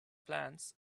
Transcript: plans